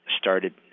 started